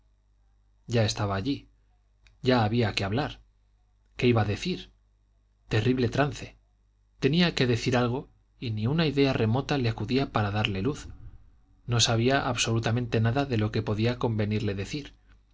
ya estaba allí ya había que hablar qué iba a decir terrible trance tenía que decir algo y ni una idea remota le acudía para darle luz no sabía absolutamente nada de lo que podía convenirle decir